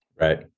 Right